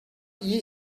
iyi